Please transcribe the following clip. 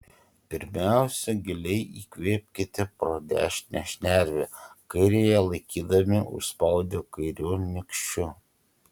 pirmiausia giliai įkvėpkite pro dešinę šnervę kairiąją laikydami užspaudę kairiu nykščiu